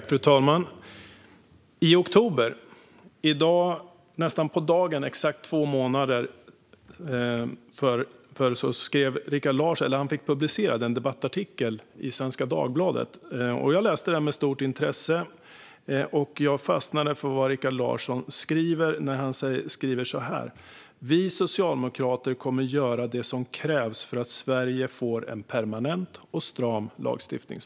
Fru talman! I oktober, i dag för nästan på dagen två månader sedan, fick Rikard Larsson en debattartikel publicerad i Svenska Dagbladet. Jag läste den med stort intresse och fastnade för vad Rikard Larsson skrev. Han skrev så här: Vi socialdemokrater kommer att göra det som krävs för att Sverige får en permanent och stram lagstiftning.